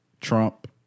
Trump